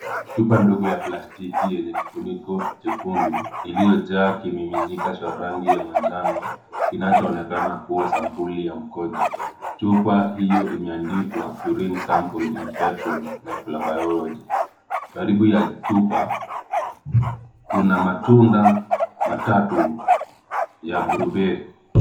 Chupa ndogo ya plastiki yenye kifuniko chekundu iliyojaa kimininika cha rangi ya manjano kinachoonekana kuwa sampuli ya mkojo. Chupa hiyo imeandikwa urine sample infection microbiology . Karibu ya chupa kuna matunda matatu ya blueberry .